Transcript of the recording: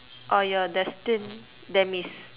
or your destined demise